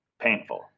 painful